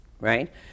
right